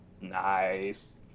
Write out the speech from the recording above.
Nice